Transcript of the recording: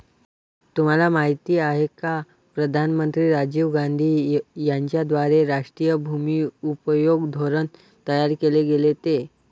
तुम्हाला माहिती आहे का प्रधानमंत्री राजीव गांधी यांच्याद्वारे राष्ट्रीय भूमि उपयोग धोरण तयार केल गेलं ते?